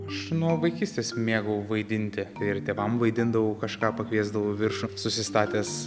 aš nuo vaikystės mėgau vaidinti ir tėvam vaidindavau kažką pakviesdavau į viršų susistatęs